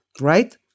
right